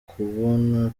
kubona